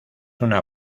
una